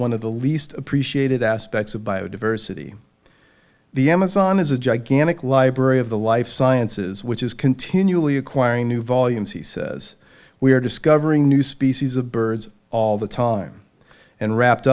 one of the least appreciated aspects of biodiversity the amazon is a gigantic library of the life sciences which is continually acquiring new volumes he says we are discovering new species of birds all the time and wrapped